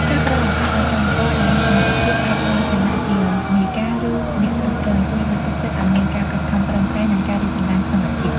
ការផ្ដល់ឱកាសឱ្យកម្មករដែលមានសមត្ថភាពអាចឡើងឋានៈជាមេការ ឬអ្នកគ្រប់គ្រង ជួយលើកទឹកចិត្តឱ្យមានការខិតខំប្រឹងប្រែង និងការរីកចម្រើនក្នុងអាជីព។